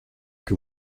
que